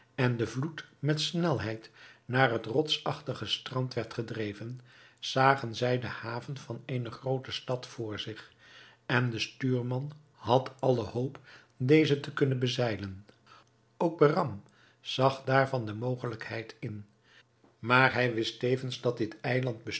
en den vloed met snelheid naar het rotsachtige strand werd gedreven zagen zij de haven van eene groote stad voor zich en de stuurman had alle hoop deze te kunnen bezeilen ook behram zag daarvan de mogelijkheid in maar hij wist tevens dat dit eiland